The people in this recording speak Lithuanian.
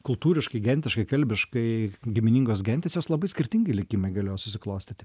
kultūriškai gentiškai kalbiškai giminingos gentys jos labai skirtingi likimai galėjo susiklostyti